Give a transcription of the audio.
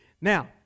now